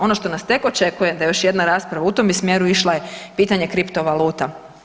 Ono što nas tek očekuje da još jedna rasprava u tome smjeru išla je pitanje kripto valuta.